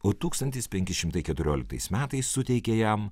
o tūkstantis penki šimtai keturioliktais metais suteikė jam